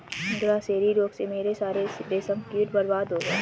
grasserie रोग से मेरे सारे रेशम कीट बर्बाद हो गए